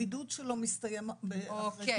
הבידוד שלו מסתיים אחרי שבעה ימים,